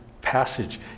passage